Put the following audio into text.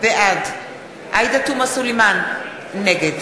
בעד עאידה תומא סלימאן, נגד